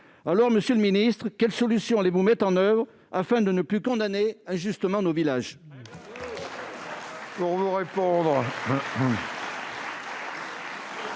Aussi, monsieur le secrétaire d'État, quelles solutions allez-vous mettre en oeuvre afin de ne plus condamner injustement nos villages ?